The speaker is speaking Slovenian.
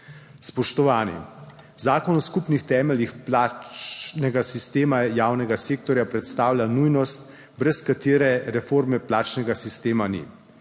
Spoštovani, Zakon o skupnih temeljih plačnega sistema javnega sektorja predstavlja nujnost, brez katere reforme plačnega sistema ni.